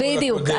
בדיוק.